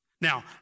Now